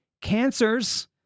cancers